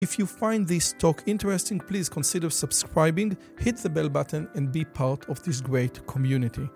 אם אתם חושבים שהשיחה הזו מעניינת, בבקשה תשקלו להירשם, לחצו על הפעמון ותהיו חלק מהקהילה הגדולה הזאת.